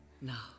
Now